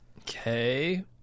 Okay